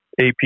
AP